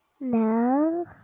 No